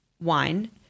wine